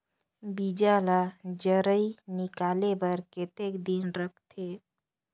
बीजा ला जराई निकाले बार कतेक दिन रखथे?